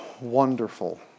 Wonderful